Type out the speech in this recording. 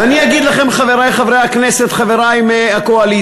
ואני אגיד לכם, חברי חברי הכנסת, חברי מהקואליציה,